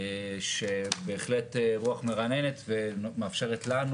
בהחלט רוח מרעננת ומאפשרת לנו,